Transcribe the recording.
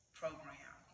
program